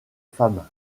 femme